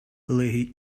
larry